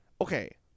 okay